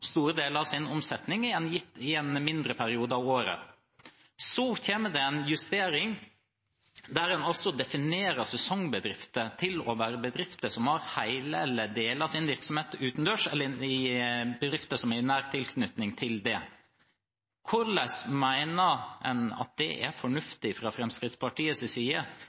store deler av sin omsetning i en mindre periode av året. Så kom det en justering, der man også definerte sesongbedrifter til å være bedrifter som har hele eller deler av sin virksomhet utendørs, eller bedrifter i nær tilknytning til det. Hvordan mener man fra Fremskrittspartiets side det er fornuftig